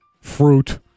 fruit